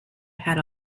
had